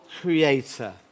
creator